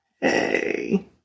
hey